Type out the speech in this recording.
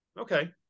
okay